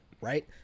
Right